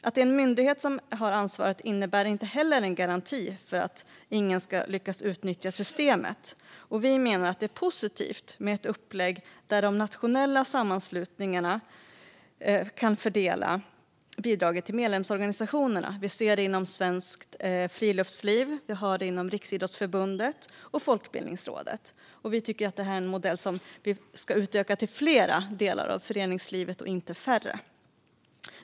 Att det är en myndighet som har ansvaret innebär inte heller en garanti för att ingen lyckas utnyttja systemet. Vi menar att det är positivt med ett upplägg där de nationella sammanslutningarna kan fördela bidraget till medlemsorganisationerna. Vi ser det inom Svenskt Friluftsliv, Riksidrottsförbundet och Folkbildningsrådet. Vi tycker att detta är en modell som ska utökas till fler delar av föreningslivet - inte färre.